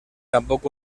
tampoc